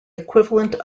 equivalent